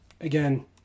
again